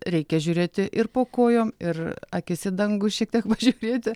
reikia žiūrėti ir po kojom ir akis į dangų šiek tiek pažiūrėti